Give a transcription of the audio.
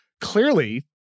clearly